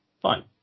fine